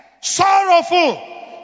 sorrowful